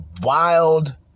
wild